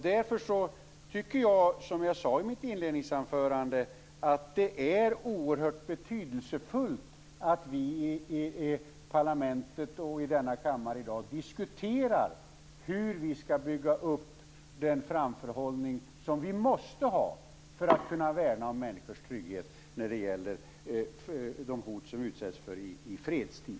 Därför tycker jag, som jag sade i mitt inledningsanförande, att det är oerhört betydelsefullt att vi i parlamentet och i denna kammare i dag diskuterar hur vi skall bygga upp den framförhållning som vi måste ha för att kunna värna människors trygghet när det gäller de hot som vi utsätts för i fredstid.